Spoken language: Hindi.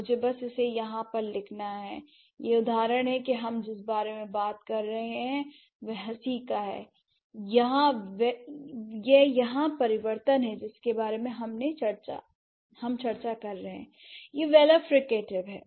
मुझे बस इसे यहाँ पर लिखना है यह उदाहरण है कि हम जिस बारे में बात कर रहे हैं वह हंसी का है यह यहाँ परिवर्तन है जिसके बारे में हम चर्चा कर रहे हैं यह वेलर फ्रिकेटिव है